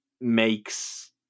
makes